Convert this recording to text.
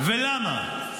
ולמה?